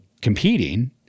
competing